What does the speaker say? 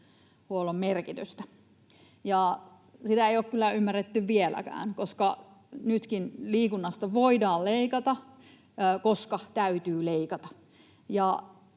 merkitystä. Sitä ei ole kyllä ymmärretty vieläkään, koska nytkin liikunnasta voidaan leikata, koska täytyy leikata.